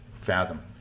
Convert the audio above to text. fathom